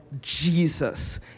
Jesus